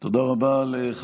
תודה רבה, אדוני.